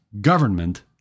government